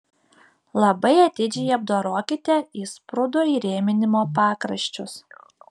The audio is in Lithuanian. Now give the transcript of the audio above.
labai atidžiai apdorokite įsprūdų įrėminimo pakraščius